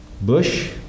Bush